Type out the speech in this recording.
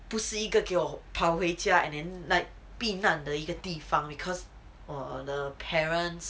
不是一个可以跑回家 and then 避难的一个地方 because the parents